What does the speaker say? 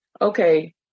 Okay